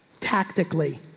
tactically,